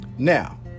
Now